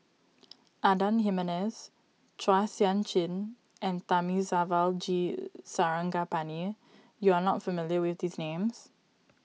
Adan Jimenez Chua Sian Chin and Thamizhavel G Sarangapani you are not familiar with these names